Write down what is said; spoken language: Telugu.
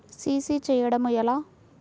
సి.సి చేయడము ఎలా?